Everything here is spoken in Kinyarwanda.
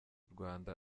rwanda